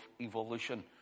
evolution